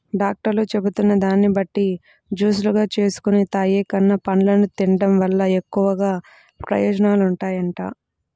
డాక్టర్లు చెబుతున్న దాన్ని బట్టి జూసులుగా జేసుకొని తాగేకన్నా, పండ్లను తిన్డం వల్ల ఎక్కువ ప్రయోజనాలుంటాయంట